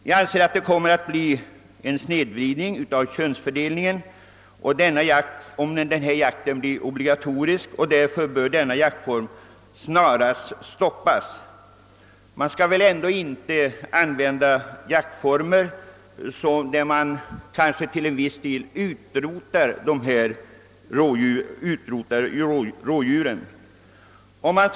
Jag anser att det kommer att bli en snedvridning av könsfördelningen om denna jaktform blir obligatorisk, och därför bör den snarast stoppas. Man kan väl ändå inte använda jaktformer, med vilka man kanske till en viss del utrotar rådjuren.